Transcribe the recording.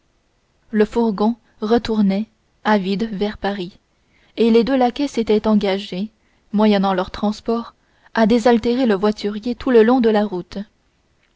le fourgon retournait à vide vers paris et les deux laquais s'étaient engagés moyennant leur transport à désaltérer le voiturier tout le long de la route